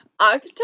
October